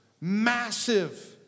Massive